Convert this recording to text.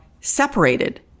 separated